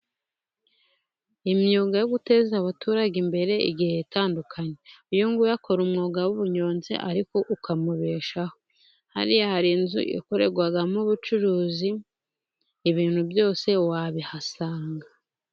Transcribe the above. Imyuga yo guteza abaturage imbere igihe itandukanye. Uyu nguyu akora umwuga w'ubunyonzi ariko ukamubeshaho. Hariya hari inzu ikorerwamo ubucuruzi ibintu byose wabihasanga.